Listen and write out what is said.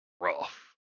rough